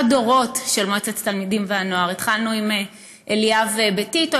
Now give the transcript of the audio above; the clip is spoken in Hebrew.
דורות של מועצת התלמידים והנוער: התחלנו עם אליאב בטיטו,